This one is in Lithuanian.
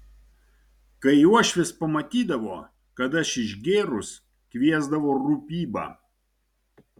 kai uošvis pamatydavo kad aš išgėrus kviesdavo rūpybą